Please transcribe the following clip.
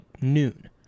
noon